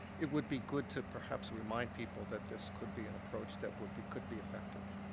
it would be good to, perhaps, remind people that this could be an approach that would be could be effective.